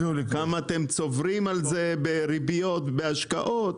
כמה אתם צוברים על זה בריביות בהשקעות?